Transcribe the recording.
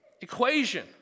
equation